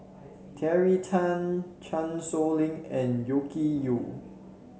Terry Tan Chan Sow Lin and Yew